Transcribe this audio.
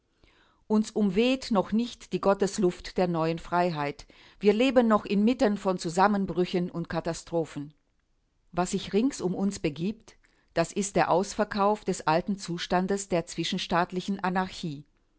uns umweht noch nicht die gottesluft der neuen freiheit wir leben noch inmitten von zusammenbrüchen und katastrophen was sich rings um uns begibt das ist der ausverkauf des alten zustandes der zwischenstaatlichen anarchie